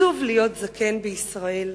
עצוב להיות זקן בישראל.